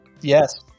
Yes